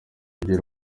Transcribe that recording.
ugira